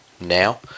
now